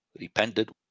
repented